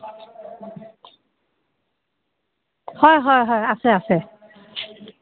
হয় হয় হয় আছে আছে